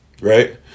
Right